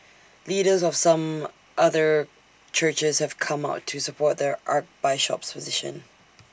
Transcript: leaders of some other churches have come out to support there Archbishop's position